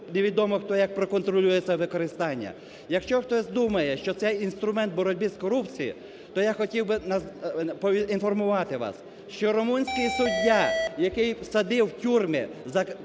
Невідомо, хто як проконтролює це використання. Якщо хтось думає, що це інструмент боротьби з корупцією, то я хотів поінформувати вас, що румунський суддя, який садив в тюрми за корупцію,